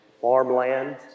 farmland